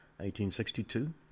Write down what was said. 1862